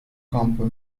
kampı